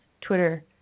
Twitter